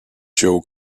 joe